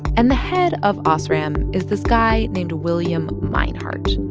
and the head of osram is this guy named william meinhardt.